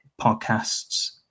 podcasts